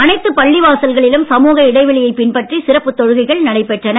அனைத்து பள்ளி வாசல்களிலும் சமூக இடைவெளியை பின்பற்றி சிறப்பு தொழுகைகள் நடைபெற்றன